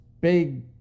big